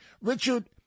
Richard